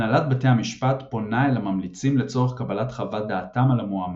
הנהלת בתי המשפט פונה אל הממליצים לצורך קבלת חוות דעתם על המועמד.